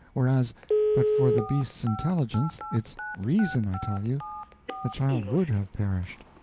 whereas but for the beast's intelligence it's reason, i tell you the child would have perished!